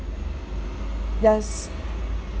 yes